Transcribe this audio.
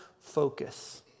focus